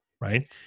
Right